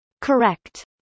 Correct